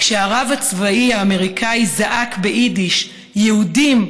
כשהרב הצבאי האמריקני זעק ביידיש: יהודים,